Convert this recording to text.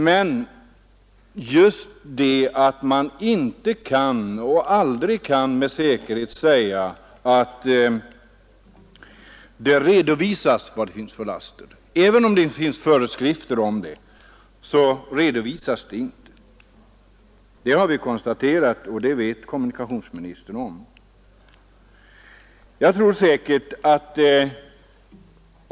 Men man kan aldrig vara säker på att lasterna redovisas, trots att det finns föreskrifter härom. Det har vi konstaterat, och det känner också kommunikationsministern till.